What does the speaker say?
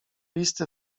listy